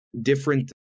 different